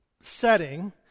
setting